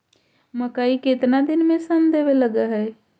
मकइ केतना दिन में शन देने लग है?